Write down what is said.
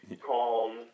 calm